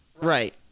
Right